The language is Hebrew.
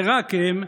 ורק הם,